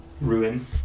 ruin